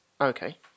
Okay